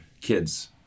kids